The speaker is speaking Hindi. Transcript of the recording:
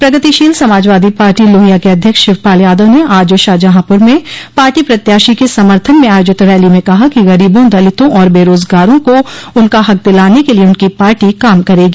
प्रगतिशील समाजवादी पार्टी लोहिया के अध्यक्ष शिवपाल यादव ने आज शाहजहांपुर में पार्टी प्रत्याशी के समर्थन में आयोजित रैली में कहा कि गरीबों दलिता और बेरोजगारों को उनका हक दिलाने के लिये उनकी पार्टी काम करेगी